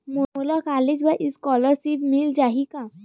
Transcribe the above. मोला कॉलेज बर स्कालर्शिप मिल जाही का?